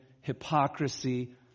hypocrisy